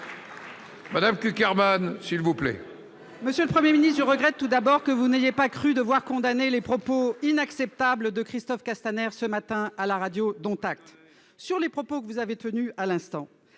Madame Cukierman, s'il vous plaît